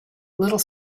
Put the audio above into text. little